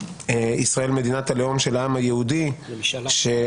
ישראל מדינת הלאום של העם היהודי --- נכון.